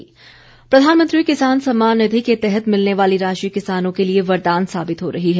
किसान सम्मान निधि प्रधानमंत्री किसान सम्मान निधि के तहत मिलने वाली राशि किसानों के लिए वरदान साबित हो रही है